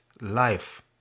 life